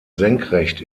senkrecht